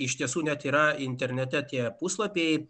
iš tiesų net yra internete tie puslapiai